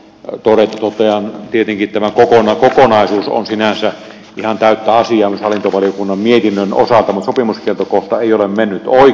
totean että tietenkin tämä kokonaisuus on sinänsä ihan täyttä asiaa myös hallintovaliokunnan mietinnön osalta mutta sopimuskieltokohta ei ole mennyt oikein